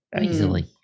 easily